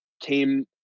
came